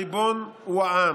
הריבון הוא העם.